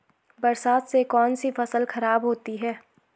बरसात से कौन सी फसल खराब होती है?